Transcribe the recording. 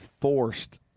forced